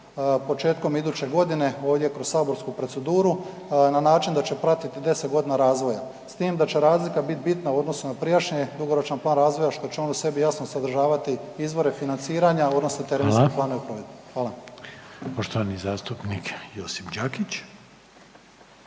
početkom iduće godine ovdje kroz saborsku proceduru na način da će pratiti 10 godina razvoja, s time da će razlika biti bitna u odnosu na prijašnje dugoročan plan razvoja što će on u sebi jasno sadržavati izvore financiranja u odnosu na .../Upadica: Hvala./... .../Govornik se ne